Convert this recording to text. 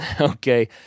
Okay